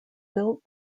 built